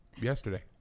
yesterday